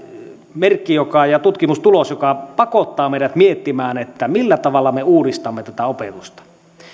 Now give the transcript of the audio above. tutkimustulos joka pakottaa meidät miettimään millä tavalla me uudistamme tätä opetusta